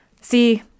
See